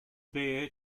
bear